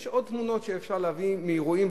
יש עוד תמונות שאפשר להביא מאירועים,